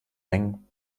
mengen